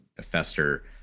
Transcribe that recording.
fester